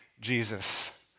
Jesus